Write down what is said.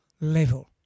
level